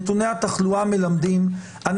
נתוני התחלואה מלמדים,